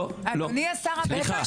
אפשר רק